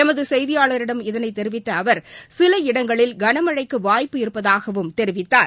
எமதுசெய்தியாளரிடம் இதனைத் தெரிவித்தஅவர் சில இடங்களில் கனமழைக்குவாய்ப்பு இருப்பதாகவும் தெரிவித்தார்